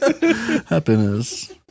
Happiness